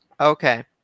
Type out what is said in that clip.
Okay